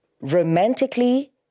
Romantically